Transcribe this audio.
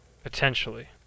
Potentially